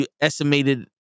estimated